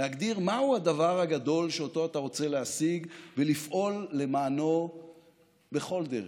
להגדיר מהו הדבר הגדול שאותו אתה רוצה להשיג ולפעול למענו בכל דרך.